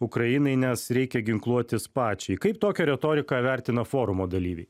ukrainai nes reikia ginkluotis pačiai kaip tokią retoriką vertina forumo dalyviai